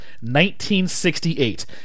1968